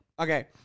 Okay